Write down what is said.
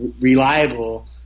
reliable